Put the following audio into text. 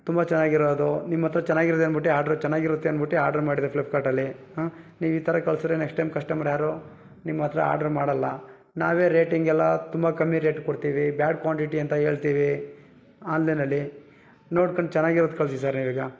ತುಂಬ ಚೆನ್ನಾಗಿರೋದು ನಿಮ್ಮ ಹತ್ತಿರ ಚೆನ್ನಾಗಿರುತ್ತೆ ಅಂದ್ಬಿಟ್ಟು ಆರ್ಡರ್ ಚನ್ನಾಗಿರುತ್ತೆ ಅಂದ್ಬಿಟ್ಟು ಆರ್ಡರ್ ಮಾಡಿದೆ ಫ್ಲಿಫ್ಕಾರ್ಟಲ್ಲಿ ಹಾಂ ನೀವು ಈ ಥರ ಕಳಿಸಿದ್ರೆ ನೆಕ್ಸ್ಟ್ ಟೈಮ್ ಕಸ್ಟಮರ್ ಯಾರು ನಿಮ್ಮ ಹತ್ತಿರ ಆರ್ಡರ್ ಮಾಡಲ್ಲ ನಾವೇ ರೇಟಿಂಗ್ ಎಲ್ಲ ತುಂಬ ಕಮ್ಮಿ ರೇಟ್ ಕೊಡ್ತೀವಿ ಬ್ಯಾಡ್ ಕ್ವಾಂಟಿಟಿ ಅಂತ ಹೇಳ್ತೀವಿ ಆನ್ಲೈನಲ್ಲಿ ನೋಡ್ಕೊಂಡು ಚೆನ್ನಾಗಿರೋದು ಕಳಿಸಿ ಸರ್ ನೀವೀಗ